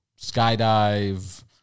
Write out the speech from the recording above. skydive